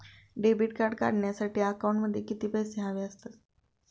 Debit card काढण्यासाठी अकाउंटमध्ये किती पैसे हवे असतात?